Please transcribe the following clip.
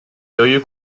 由于